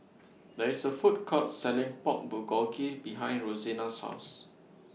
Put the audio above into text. There IS A Food Court Selling Pork Bulgogi behind Rosina's House